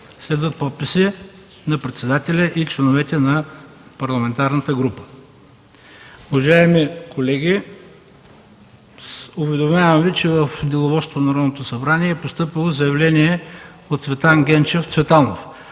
Следват подписи на председателя и членовете на парламентарната група. Уважаеми колеги, уведомявам Ви, че в Деловодството на Народното събрание е постъпило заявление от Цветан Генчев Цветанов.